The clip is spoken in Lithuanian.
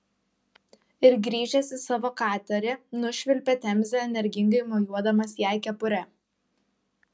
ir grįžęs į savo katerį nušvilpė temze energingai mojuodamas jai kepure